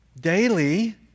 Daily